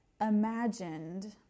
imagined